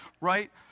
Right